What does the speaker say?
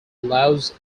allows